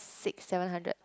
six seven hundred